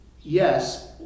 yes